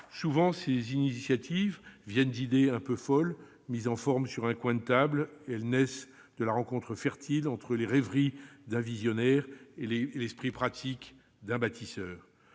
Souvent, ces initiatives naissent d'idées un peu folles mises en forme sur un coin de table, fruits de la rencontre fertile entre les rêveries d'un visionnaire et l'esprit pratique d'un bâtisseur.